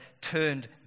turned